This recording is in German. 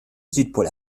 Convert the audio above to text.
südpol